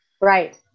Right